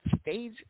stage